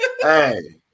Hey